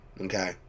okay